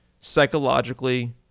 psychologically